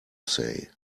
say